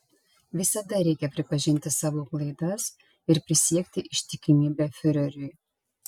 visada reikia pripažinti savo klaidas ir prisiekti ištikimybę fiureriui